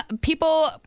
people